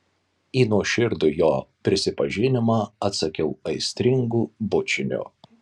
į nuoširdų jo prisipažinimą atsakiau aistringu bučiniu